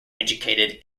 educated